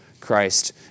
Christ